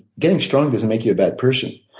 getting stronger doesn't make you a bad person.